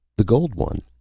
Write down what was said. the gold one.